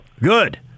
Good